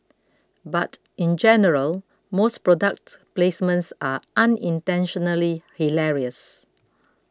but in general most product placements are unintentionally hilarious